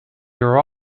your